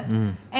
mm